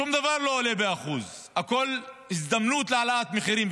שום דבר לא עולה ב-1% הכול הזדמנות להעלאת מחירים,